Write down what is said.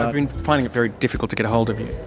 ah been finding it very difficult to get a hold of you.